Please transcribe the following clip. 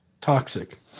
toxic